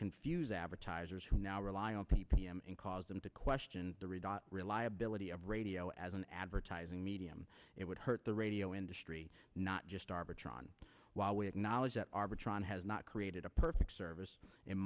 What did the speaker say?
confuse advertisers who now rely on p p m and cause them to question the read reliability of radio as an advertising medium it would hurt the radio industry not just arbitron while we acknowledge that arbitron has not created a perfect service in